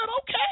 okay